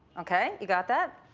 okay, you got that?